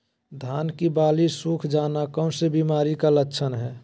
धान की बाली सुख जाना कौन सी बीमारी का लक्षण है?